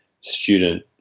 student